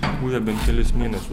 kūrė bent kelis mėnesius